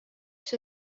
see